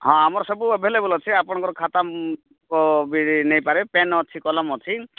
ହଁ ଆମର ସବୁ ଏଭେଲେବଲ୍ ଅଛି ଆପଣଙ୍କର ଖାତା ବି ନେଇପାରେ ପେନ୍ ଅଛି କଲମ ଅଛି